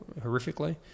horrifically